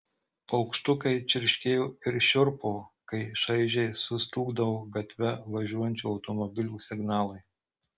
paukštukai čirškėjo ir šiurpo kai šaižiai sustūgdavo gatve važiuojančių automobilių signalai